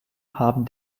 haben